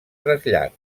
trasllat